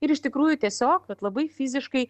ir iš tikrųjų tiesiog vat labai fiziškai